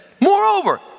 Moreover